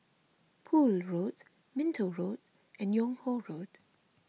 Poole Road Minto Road and Yung Ho Road